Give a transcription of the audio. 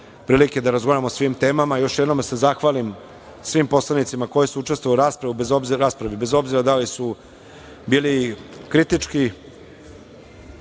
prilike da razgovaramo o svim temama, još jednom da se zahvalim svim poslanicima koji su učestvovali u raspravi, bez obzira da li su bili kritički